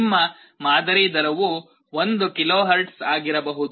ನಿಮ್ಮ ಮಾದರಿ ದರವು 1 KHz ಆಗಿರಬಹುದು